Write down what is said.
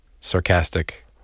sarcastic